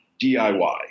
DIY